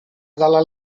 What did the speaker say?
dalla